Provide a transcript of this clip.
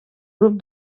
grup